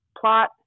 plot